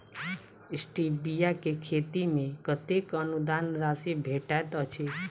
Stevia केँ खेती मे कतेक अनुदान राशि भेटैत अछि?